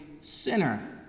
sinner